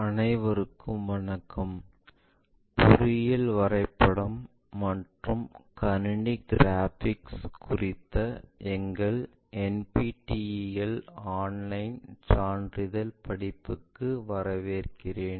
அனைவருக்கும் வணக்கம் பொறியியல் வரைபடம் மற்றும் கணினி கிராபிக்ஸ் குறித்த எங்கள் NPTEL ஆன்லைன் சான்றிதழ் படிப்புகளுக்கு வரவேற்கிறேன்